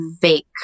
fake